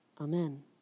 Amen